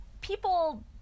People